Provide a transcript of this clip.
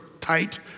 tight